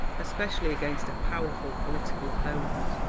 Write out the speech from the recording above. especially against a powerful political opponent.